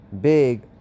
big